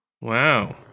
Wow